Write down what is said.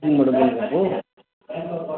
कहाँदेखिनबाट बोल्नु भएको